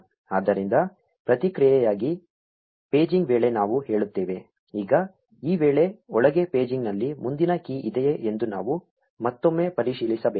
ಆದ್ದರಿಂದ ಪ್ರತಿಕ್ರಿಯೆಯಾಗಿ ಪೇಜಿಂಗ್ ವೇಳೆ ನಾವು ಹೇಳುತ್ತೇವೆ ಈಗ ಈ ವೇಳೆ ಒಳಗೆ ಪೇಜಿಂಗ್ನಲ್ಲಿ ಮುಂದಿನ ಕೀ ಇದೆಯೇ ಎಂದು ನಾವು ಮತ್ತೊಮ್ಮೆ ಪರಿಶೀಲಿಸಬೇಕಾಗಿದೆ